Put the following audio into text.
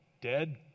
Dead